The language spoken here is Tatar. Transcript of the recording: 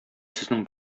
сезнең